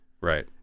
right